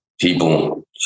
People